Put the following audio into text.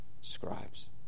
scribes